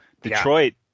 Detroit